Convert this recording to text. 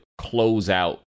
closeout